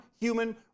human